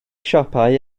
siopau